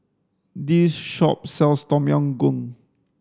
this shop sells Tom Yam Goong